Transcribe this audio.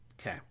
okay